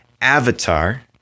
avatar